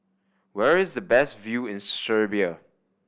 where is the best view in Serbia